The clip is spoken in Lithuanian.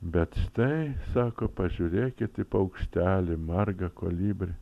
bet štai sako pažiūrėkit į paukštelį margą kolibrį